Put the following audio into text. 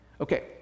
Okay